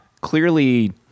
clearly